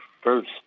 first